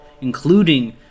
including